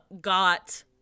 got